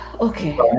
okay